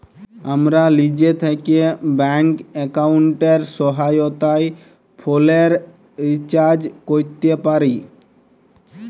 আমরা লিজে থ্যাকে ব্যাংক এক্কাউন্টের সহায়তায় ফোলের রিচাজ ক্যরতে পাই